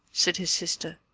said his sister.